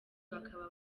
bakaba